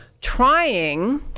trying